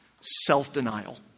Self-denial